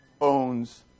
owns